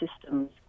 systems